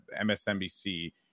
MSNBC